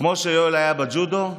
כמו שיואל היה בג'ודו,